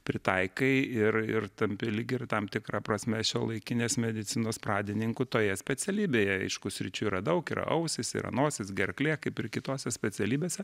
pritaikai ir ir tampi lyg ir tam tikra prasme šiuolaikinės medicinos pradininku toje specialybėje aišku sričių yra daug ir ausys yra nosis gerklė kaip ir kitose specialybėse